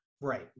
Right